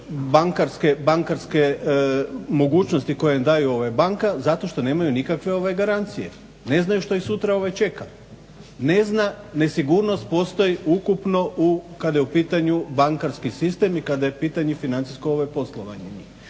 bankarske mogućnosti koje daju banka zato što nemaju nikakve garancije, ne znaju što ih sutra čeka. Ne zna. Nesigurnost postoji ukupno u kada je pitanju bankarski sistem i kada je u pitanju financijsko poslojavanje.